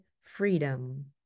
freedom